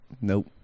Nope